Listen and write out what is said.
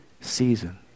season